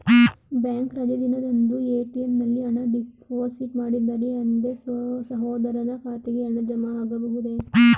Bank ರಜೆ ದಿನದಂದು ATM ನಲ್ಲಿ ಹಣ ಡಿಪಾಸಿಟ್ ಮಾಡಿದರೆ ಅಂದೇ ಸಹೋದರನ ಖಾತೆಗೆ ಹಣ ಜಮಾ ಆಗಬಹುದೇ?